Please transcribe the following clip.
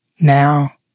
now